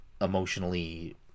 emotionally